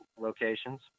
locations